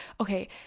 okay